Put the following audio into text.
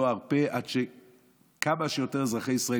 לא ארפה עד שכמה שיותר אזרחי ישראל